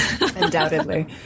Undoubtedly